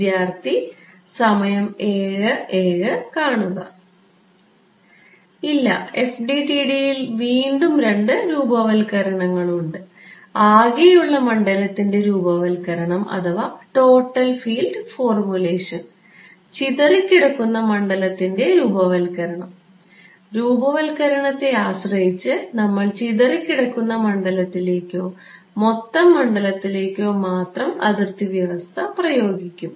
ഇല്ല FDTD യിൽ വീണ്ടും രണ്ട് രൂപവൽക്കരണങ്ങൾ ഉണ്ട് ആകെയുള്ള മണ്ഡലത്തിൻറെ രൂപവൽക്കരണം ചിതറിക്കിടക്കുന്ന മണ്ഡലത്തിൻറെ രൂപവൽക്കരണം രൂപവത്കരണത്തെ ആശ്രയിച്ച് നമ്മൾ ചിതറിക്കിടക്കുന്ന മണ്ഡലത്തിലേക്കോ മൊത്തം മണ്ഡലത്തിലേക്കോ മാത്രം അതിർത്തി വ്യവസ്ഥ പ്രയോഗിക്കും